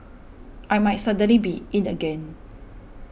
I might suddenly be 'in' again